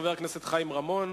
חבר הכנסת חיים רמון,